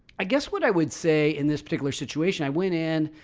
i guess what i would say in this particular situation, i went in,